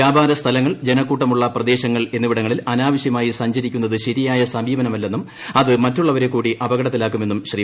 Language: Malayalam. വ്യാപാര സ്ഥലങ്ങൾ ജനക്കൂട്ടമുള്ള പ്രദേശങ്ങൾ എന്നിവിടങ്ങളിൽ അനാവശ്യമായി സഞ്ചരിക്കുന്നത് ശരിയായ സമീപനമല്ലെന്നും അത് മറ്റുള്ളവരെ കൂടി അപകടത്തിലാക്കുമെന്നും ശ്രീ